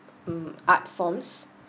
um art forms